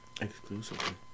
Exclusively